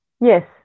Yes